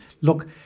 look